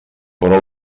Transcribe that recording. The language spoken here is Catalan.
però